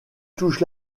touche